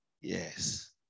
Yes